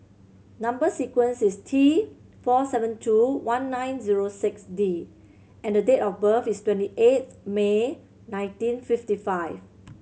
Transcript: number sequence is T four seven two one nine zero six D and the date of birth is twenty eighth May nineteen fifty five